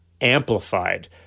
amplified